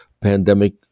pandemic